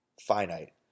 finite